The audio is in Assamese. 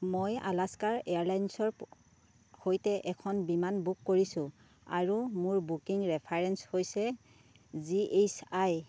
মই আলাস্কা এয়াৰলাইনছৰ সৈতে এখন বিমান বুক কৰিছোঁ আৰু মোৰ বুকিং ৰেফাৰেন্স হৈছে জি এইচ আই